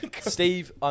Steve